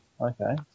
okay